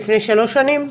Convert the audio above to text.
לפני שלוש שנים,